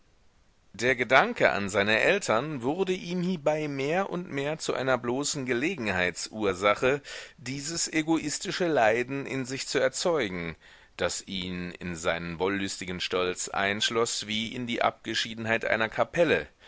der gedanke an seine eltern wurde ihm hiebei mehr und mehr zu einer bloßen gelegenheitsursache dieses egoistische leiden in sich zu erzeugen das ihn in seinen wollüstigen stolz einschloß wie in die abgeschiedenheit einer kapelle